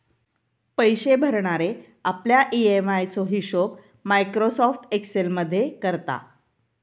पैशे भरणारे आपल्या ई.एम.आय चो हिशोब मायक्रोसॉफ्ट एक्सेल मध्ये करता